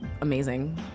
amazing